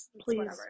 please